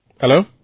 hello